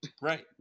Right